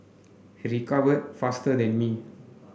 he recovered faster than me